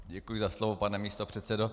Děkuji za slovo, pane místopředsedo.